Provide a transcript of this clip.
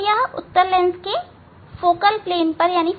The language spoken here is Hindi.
तो अब यह इस उत्तल लेंस के फोकल तल पर मिलेंगी